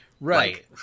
Right